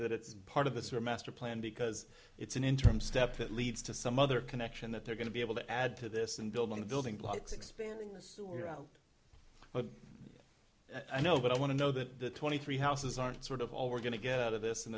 that it's part of this or master plan because it's an interim step that leads to some other connection that they're going to be able to add to this and build on the building blocks expanding the sewer out but i know but i want to know that the twenty three houses aren't sort of all we're going to get out of this and